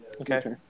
Okay